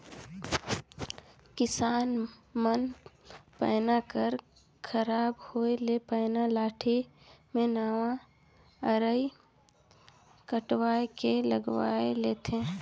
किसान मन पैना कर खराब होए ले पैना लाठी मे नावा अरई कटवाए के लगवाए लेथे